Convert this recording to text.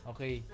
Okay